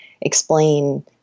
explain